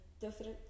different